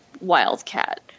wildcat